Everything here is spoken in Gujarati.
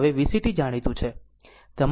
તમારે V 0 t શોધવા પડશે